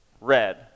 red